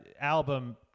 album